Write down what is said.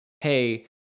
Hey